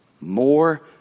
more